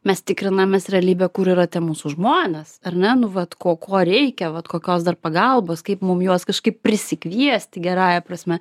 mes tikrinamės realybę kur yra tie mūsų žmonas ar na nu vat ko ko reikia vat kokios dar pagalbos kaip mum juos kažkaip prisikviesti gerąja prasme